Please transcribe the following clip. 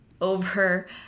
over